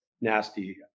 nasty